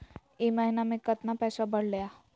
ई महीना मे कतना पैसवा बढ़लेया?